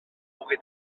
pugui